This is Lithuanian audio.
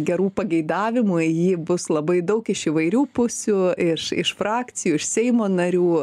gerų pageidavimų į jį bus labai daug iš įvairių pusių iš iš frakcijų iš seimo narių